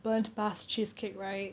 burnt basque cheesecake right